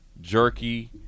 jerky